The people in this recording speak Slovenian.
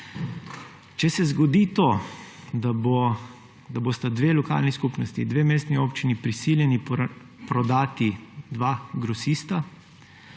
Če se zgodi to, da bosta dve lokalni skupnosti, dve mestni občini prisiljeni prodati dva grosista,